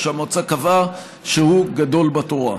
או שהמועצה קבעה שהוא גדול בתורה.